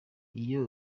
iyo